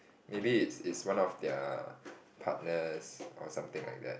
maybe it's it's one of their partners or something like that